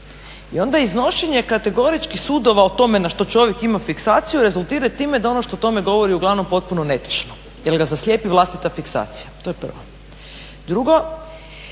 i onda iznošenje kategoričkih sudova o tome na što čovjek ima fiksaciju rezultirao je time da ono što o tome govori uglavnom potpuno netočno jer ga zaslijepi vlastita fiksacija. To je prvo. Drugo,